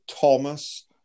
thomas